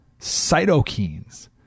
cytokines